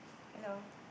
hello